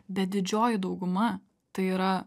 bet didžioji dauguma tai yra